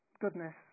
goodness